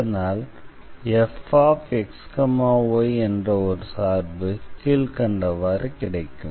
இதனால் fxy என்ற ஒரு சார்பு கீழ்க்கண்டவாறு கிடைக்கும்